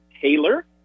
Taylor